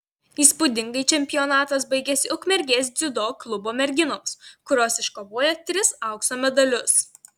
įspūdingai čempionatas baigėsi ukmergės dziudo klubo merginoms kurios iškovojo tris aukso medalius